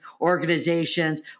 organizations